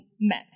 met